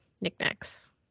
knickknacks